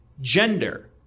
gender